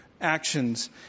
actions